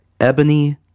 Ebony